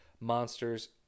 Monsters